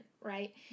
right